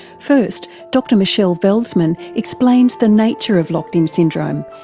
first dr michele veldsman explains the nature of locked-in syndrome,